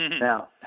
Now